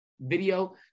Video